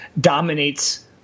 dominates